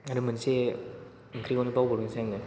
आरो मोनसे ओंख्रिखौनो बावबावदोंसो आङो